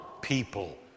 people